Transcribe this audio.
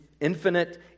infinite